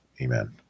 Amen